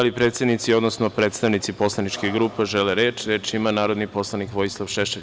Da li predsednici, odnosno predstavnici poslaničkih grupa žele reč? (Da.) Reč ima narodni poslanik Vojislav Šešelj.